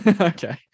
Okay